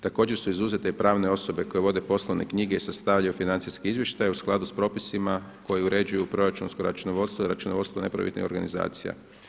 Također su izuzete i pravne osobe koje vode poslovne knjige i sastavljaju financijske izvještaje u skladu s propisima koji uređuju proračunsko računovodstvo i računovodstvo neprofitnih organizacija.